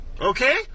Okay